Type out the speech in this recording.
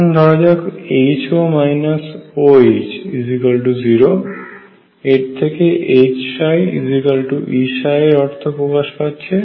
এখন ধরা যাক HO OH0 এর থেকে HψEψ এর অর্থ প্রকাশ পাচ্ছে